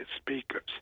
speakers